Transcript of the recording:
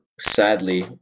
Sadly